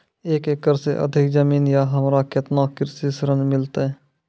एक एकरऽ से अधिक जमीन या हमरा केतना कृषि ऋण मिलते?